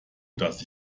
dass